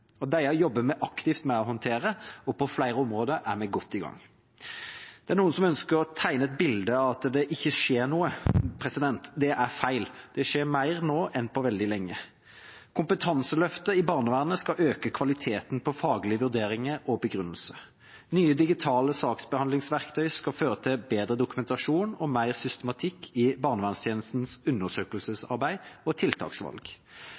jobber vi aktivt med å håndtere, og på flere områder er vi godt i gang. Det er noen som ønsker å tegne et bilde av at det ikke skjer noe. Det er feil. Det skjer mer nå enn på veldig lenge. Kompetanseløftet i barnevernet skal øke kvaliteten på faglige vurderinger og begrunnelser. Nye digitale saksbehandlingsverktøy skal føre til bedre dokumentasjon og mer systematikk i barnevernstjenestens undersøkelsesarbeid og tiltaksvalg.